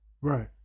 Right